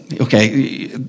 okay